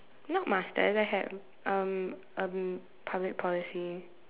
not masters I have um um public policy